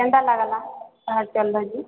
କେନ୍ତା ଲାଗିଲା ହଉ ଚାଲୁ ନାହାନ୍ତି